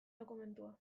dokumentua